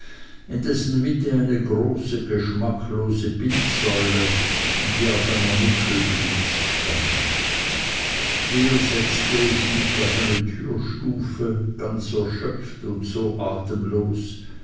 in dessen mitte eine große geschmacklose bildsäule die auf einer muschel blies stand hier setzte ich mich auf eine türstufe ganz erschöpft und so atemlos